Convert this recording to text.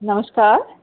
नमस्कार